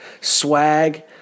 swag